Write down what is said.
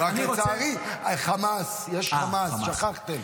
רק לצערי, יש חמאס, שכחתם.